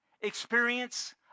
experience